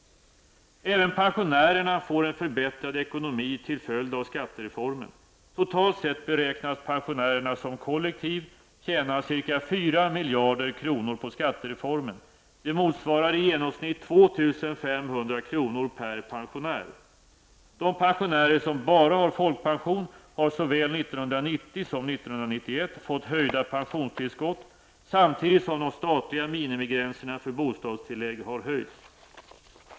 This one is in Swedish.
Även pensionärerna får en förbättrad ekonomi till följd av skattereformen. Totalt sett beräknas pensionärerna som kollektiv tjäna ca 4 miljarder kronor på skattereformen. Det motsvarar i genomsnitt 2 500 kr. per pensionär. De pensionärer som bara har folkpension har såväl 1990 som 1991 fått höjda pensionstillskott, samtidigt som de statliga minimigränserna för bostadstillägg har höjts.